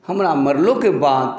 हमरा मरलोके बाद